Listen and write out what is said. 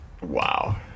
Wow